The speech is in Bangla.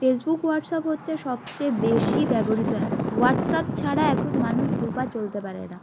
ফেসবুক হোয়াটসঅ্যাপ হচ্ছে সবচেয়ে বেশি ব্যবহৃত অ্যাপ হোয়াটসঅ্যাপ ছাড়া এখন মানুষ দুপা চলতে পারে না